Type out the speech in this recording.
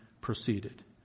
proceeded